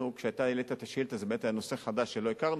כשאתה העלית את השאילתא זה באמת היה נושא חדש שלא הכרנו.